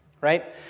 right